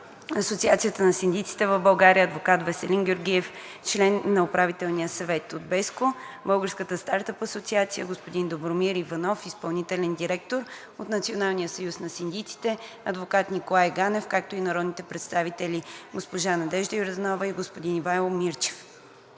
Асоциация на синдиците в България – адвокат Веселин Георгиев, член на УС; от BESCO – Българската стартъп асоциация господин Добромир Иванов – изпълнителен директор; от Национален съюз на синдиците – адвокат Николай Ганев, както и народните представители госпожа Надежда Йорданова и господин Ивайло Мирчев.